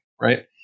Right